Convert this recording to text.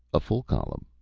a full column.